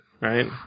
right